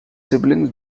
siblings